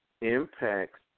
impacts